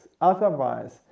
Otherwise